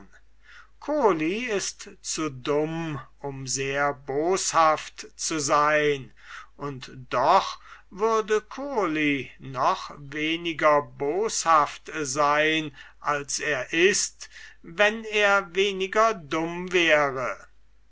ist zu dumm um sehr boshaft zu sein und doch würde kurli noch weniger boshaft sein als er ist wenn er weniger dumm wäre